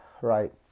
Right